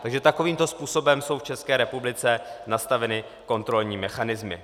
Takže takovýmto způsobem jsou v České republice nastaveny kontrolní mechanismy.